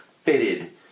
fitted